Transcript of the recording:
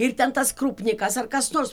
ir ten tas krupnikas ar kas nors